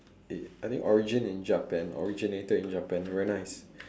it I think origin in japan originated in japan very nice